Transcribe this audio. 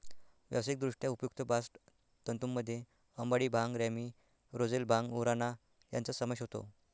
व्यावसायिकदृष्ट्या उपयुक्त बास्ट तंतूंमध्ये अंबाडी, भांग, रॅमी, रोझेल, भांग, उराणा यांचा समावेश होतो